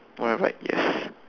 one of right yes